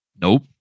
Nope